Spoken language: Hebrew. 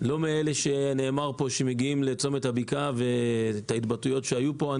אני לא מאלה שנאמר פה שמגיעים לצומת הבקעה וההתבטאויות שהיו פה.